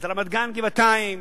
את רמת-גן וגבעתיים,